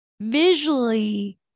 visually